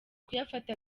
kuyafata